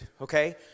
okay